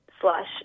slash